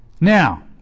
Now